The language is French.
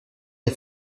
des